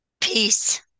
Peace